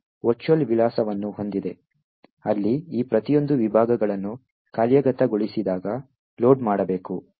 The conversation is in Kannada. ಇದು ವರ್ಚುವಲ್ ವಿಳಾಸವನ್ನು ಹೊಂದಿದೆ ಅಲ್ಲಿ ಈ ಪ್ರತಿಯೊಂದು ವಿಭಾಗಗಳನ್ನು ಕಾರ್ಯಗತಗೊಳಿಸಿದಾಗ ಲೋಡ್ ಮಾಡಬೇಕು